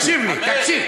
תקשיב לי, תקשיב.